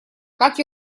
как